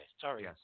Sorry